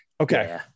Okay